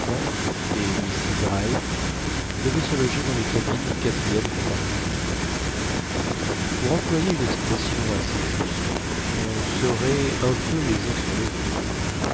et mrs raë devaient se loger dans les cabines du quatrième compartiment pour employer une expression assez juste on serait un peu les uns sur les autres